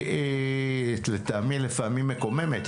לטעמי לפעמים מקוממת.